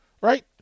Right